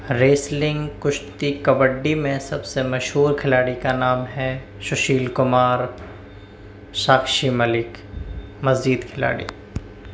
wrestling کشتی کبڈی میں سب سے مشہور کھلاڑی کا نام ہے سشیل کمار ساکشی ملک مزید کھلاڑی